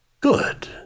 Good